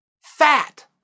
Fat